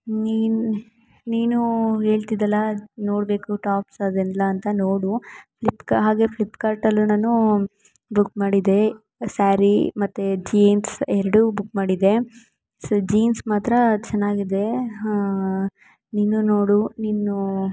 ನೀನು ನೀನು ಹೇಳ್ತಿದ್ದಲ್ಲ ನೋಡಬೇಕು ಟಾಪ್ಸ್ ಅದೆಲ್ಲ ಅಂತ ನೋಡು ಫ್ಲಿಪ್ಕಾ ಹಾಗೆ ಫ್ಲಿಪ್ಕಾರ್ಟಲ್ಲು ನಾನು ಬುಕ್ ಮಾಡಿದ್ದೆ ಸಾರೀ ಮತ್ತು ಜೀನ್ಸ್ ಎರಡು ಬುಕ್ ಮಾಡಿದ್ದೆ ಸೊ ಜೀನ್ಸ್ ಮಾತ್ರ ಚೆನ್ನಾಗಿದೆ ನೀನು ನೋಡು ನೀನು